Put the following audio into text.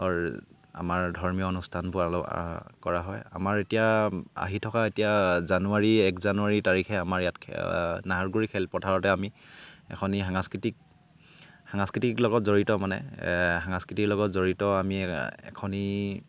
আমাৰ ধৰ্মীয় অনুষ্ঠানবোৰ কৰা হয় আমাৰ এতিয়া আহি থকা এতিয়া জানুৱাৰী এক জানুৱাৰী তাৰিখে আমাৰ ইয়াত নাহৰগুৰি খেলপথাৰতে আমি এখনি সাংস্কৃতিক সাংস্কৃতিক লগত জড়িত মানে সাংস্কৃতিৰ লগত জড়িত আমি এখনি